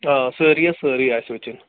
آ سٲرٕے حظ سٲرٕے آسہِ وٕچھِنۍ